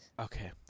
Okay